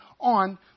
on